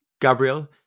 Gabriel